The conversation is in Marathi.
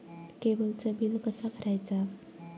केबलचा बिल कसा भरायचा?